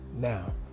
Now